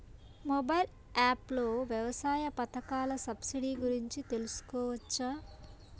Mobile app లో వ్యవసాయ పథకాల సబ్సిడి గురించి తెలుసుకోవచ్చా?